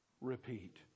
repeat